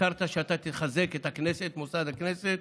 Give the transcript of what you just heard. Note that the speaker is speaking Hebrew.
הצהרת שאתה תחזק את הכנסת, את מוסד הכנסת.